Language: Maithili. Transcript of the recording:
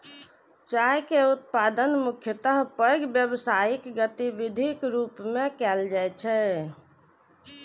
चाय के उत्पादन मुख्यतः पैघ व्यावसायिक गतिविधिक रूप मे कैल जाइ छै